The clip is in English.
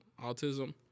autism